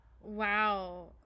Wow